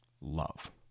love